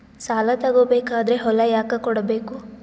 ಸಾಲ ತಗೋ ಬೇಕಾದ್ರೆ ಹೊಲ ಯಾಕ ಕೊಡಬೇಕು?